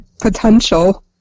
potential